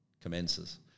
commences